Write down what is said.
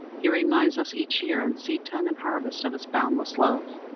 he reminds us each year, in seedtime and harvest, of his boundless love.